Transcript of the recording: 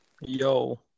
Yo